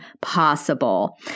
possible